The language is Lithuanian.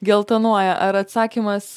geltonuoja ar atsakymas